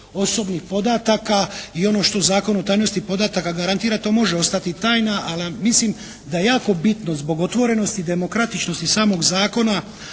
osobnih podataka i ono što Zakon o tajnosti podataka garantira to može ostati tajna, ali mislim da je jako bitno zbog otvorenosti i demokratičnosti samog zakona